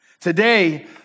Today